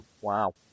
Wow